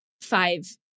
five